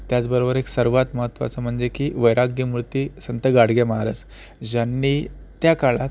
त्याचबरोबर एक सर्वात महत्वाचं म्हणजे की वैराग्यमूर्ती संत गाडगे महाराज ज्यांनी त्या काळात